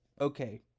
okay